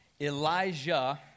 Elijah